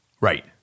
Right